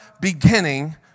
beginning